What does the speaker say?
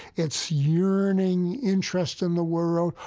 its yearning interest in the world,